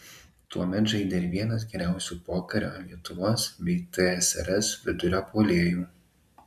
tuomet žaidė ir vienas geriausių pokario lietuvos bei tsrs vidurio puolėjų